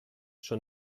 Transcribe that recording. schon